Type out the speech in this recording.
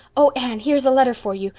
oh, anne, here's a letter for you.